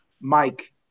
Mike